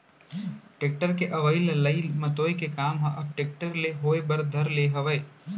tractor के अवई ले लई मतोय के काम ह अब टेक्टर ले होय बर धर ले हावय